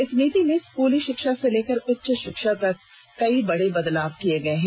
इस नीति में स्कूली शिक्षा से लेकर उच्च शिक्षा तक कई बड़े बदलाव किए गए हैं